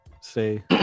say